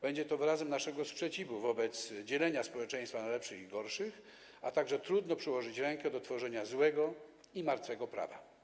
Będzie to wyrazem naszego sprzeciwu wobec dzielenia społeczeństwa na lepszych i gorszych, a także tego, że trudno przyłożyć rękę do tworzenia złego i martwego prawa.